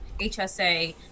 HSA